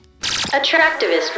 attractivist